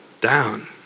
down